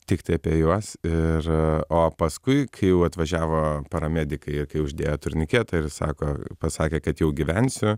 tiktai apie juos ir o paskui kai jau atvažiavo paramedikai ir kai uždėjo turniketą ir sako pasakė kad jau gyvensiu